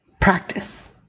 practice